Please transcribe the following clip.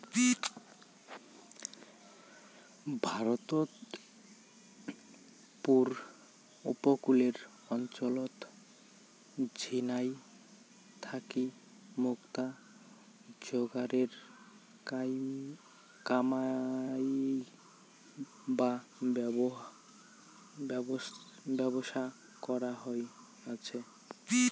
ভারতত পুব উপকূলের অঞ্চলত ঝিনাই থাকি মুক্তা যোগারের কামাই বা ব্যবসা করা হয়া আচে